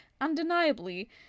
undeniably